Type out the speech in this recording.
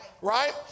Right